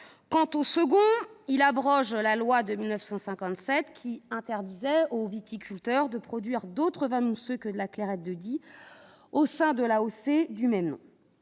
L'article 2 abroge la loi de 1957, qui interdisait aux viticulteurs de produire d'autres vins mousseux que de la Clairette de Die au sein de l'AOC du même nom.